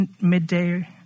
midday